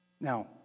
Now